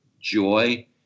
joy